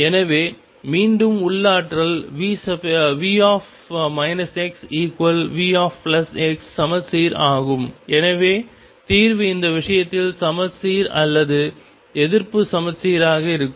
எனவே மீண்டும் உள்ளாற்றல் V xVx சமச்சீர் ஆகும் எனவே தீர்வு இந்த விஷயத்தில் சமச்சீர் அல்லது எதிர்ப்பு சமச்சீராக இருக்கும்